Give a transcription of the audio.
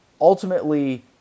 Ultimately